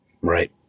Right